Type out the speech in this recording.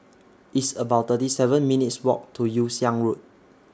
It's about thirty seven minutes' Walk to Yew Siang Road